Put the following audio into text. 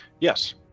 Yes